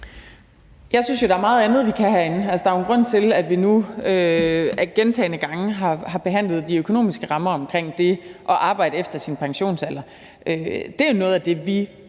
Jeg synes jo, der er meget andet, vi kan herinde. Altså, der er jo en grund til, at vi gentagne gange har behandlet de økonomiske rammer omkring det at arbejde efter sin pensionsalder. Det er jo noget af det, vi